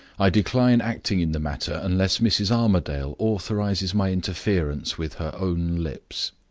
i decline acting in the matter unless mrs. armadale authorizes my interference with her own lips.